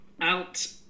out